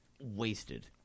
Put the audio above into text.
wasted